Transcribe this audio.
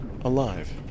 alive